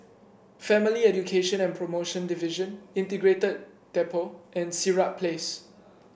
Family Education and Promotion Division Integrated Depot and Sirat Place